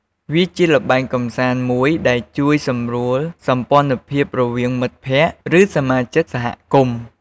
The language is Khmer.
វាជាល្បែងកម្សាន្តមួយដែលជួយសម្រួលសម្ព័ន្ធភាពរវាងមិត្តភក្តិ ឬសមាជិកសហគមន៍។